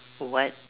what